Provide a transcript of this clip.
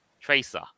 Tracer